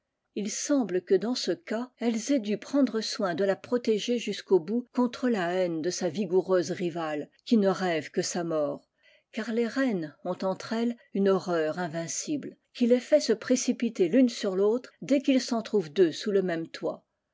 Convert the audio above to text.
il semble que dans ce cas elles aient dû prendre soin de la protéger jusqu'au bout contre la haine de sa vigoureuse rivale qui ne rêve que sa mort car les reines ont entre elles une horreur invincible qui les fait se précipiter tune sur vautre dès qu'il s'en trouve deux sous le même toit